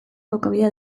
jokabidea